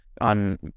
on